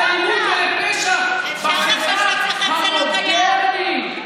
לאלימות ולרצח בחברה המודרנית,